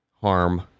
harm